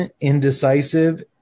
indecisive